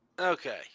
Okay